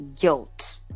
guilt